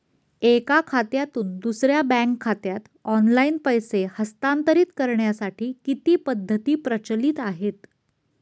एका खात्यातून दुसऱ्या बँक खात्यात ऑनलाइन पैसे हस्तांतरित करण्यासाठी किती पद्धती प्रचलित आहेत?